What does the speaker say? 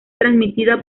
transmitida